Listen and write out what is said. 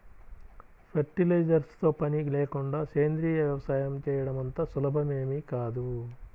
fertilisers తో పని లేకుండా సేంద్రీయ వ్యవసాయం చేయడం అంత సులభమేమీ కాదు